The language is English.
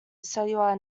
cellular